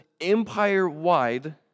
empire-wide